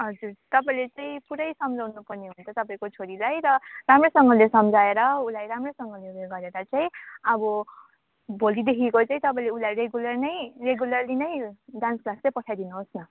हजुर तपाईँले चाहिँ पुरै सम्झाउनु पर्ने हुन्छ तपाईँको छोरीलाई र राम्रोसँगले सम्झाएर उसलाई राम्रैसँगले उयो गरेर चाहिँ अब भोलिदेखिको चाहिँ तपाईँले उसलाई रेगुलर नै रेगुलरली नै डान्स क्लास चाहिँ पठाइदिनुहोस् न